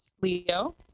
Leo